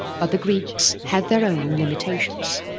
but the greeks had their own limitations.